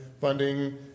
funding